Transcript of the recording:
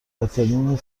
قاتلین